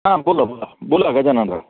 हा बोला बोला बोला गजाननराव